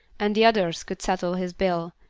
and the others could settle his bill,